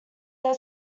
that